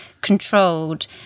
controlled